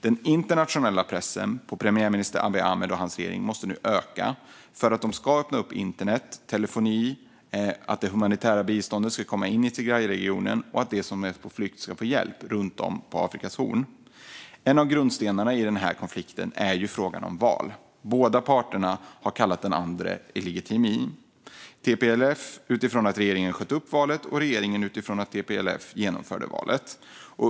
Den internationella pressen på premiärminister Abiy Ahmed och hans regering måste nu öka för att de ska öppna upp internet och telefoni, för att det humanitära biståndet ska komma in i Tigrayregionen och för att de som är på flykt i och omkring Afrikas horn ska få hjälp. En av grundstenarna i denna konflikt har varit frågan om val. Båda parterna har kallat den andra illegitim. TPLF har gjort det utifrån att regeringen sköt upp valet, och regeringen har gjort det för att TPLF genomförde valet.